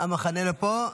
המחנה לא פה.